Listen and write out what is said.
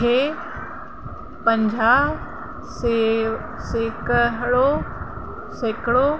खे पंजाह से से कहिड़ो सेकड़ो